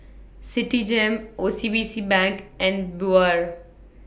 Citigem O C B C Bank and Biore